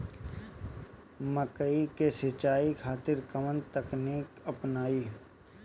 मकई के सिंचाई खातिर कवन तकनीक अपनाई?